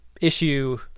issue